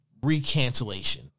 recancellation